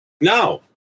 No